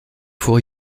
vor